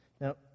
Now